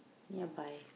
ya bye